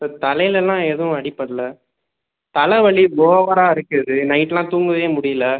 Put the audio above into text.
sir தலையிலேலாம் எதுவும் அடிப்படலை தலை வலி ஓவராக இருக்குது நைட்லாம் தூங்கவே முடியல